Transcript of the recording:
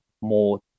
more